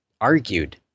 argued